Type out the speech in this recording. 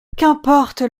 qu’importe